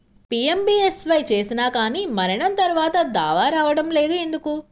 PMBSY చేసినా కానీ మరణం తర్వాత దావా రావటం లేదు ఎందుకు?